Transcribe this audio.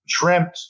shrimped